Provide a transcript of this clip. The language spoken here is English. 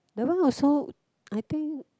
that one also I think